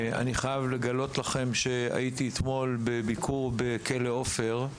אני חייב לגלות לכם שהייתי אתמול בביקור בכלא עופר,